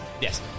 yes